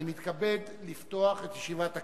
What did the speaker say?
אני מתכבד לפתוח את ישיבת הכנסת.